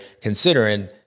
considering